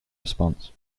response